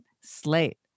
Slate